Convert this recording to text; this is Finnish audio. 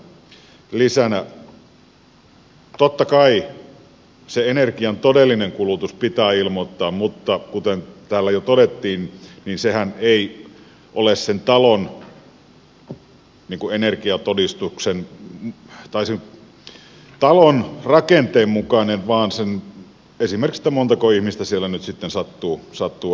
totta kai se energian todellinen kulutus pitää ilmoittaa mutta kuten täällä jo todettiin niin sehän ei ole sen talon rakenteen mukainen vaan esimerkiksi sen montako ihmistä siellä nyt sitten sattuu asumaan